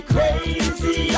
Crazy